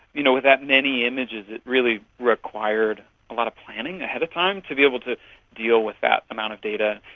you know with that many images it really required a lot of planning ahead of time to be able to deal with that amount of data.